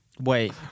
Wait